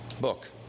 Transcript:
book